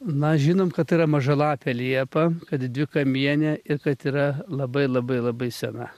na žinom kad tai yra mažalapė liepa kad dvikamienė ir kad yra labai labai labai sena